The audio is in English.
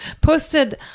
posted